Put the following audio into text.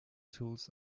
tools